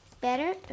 better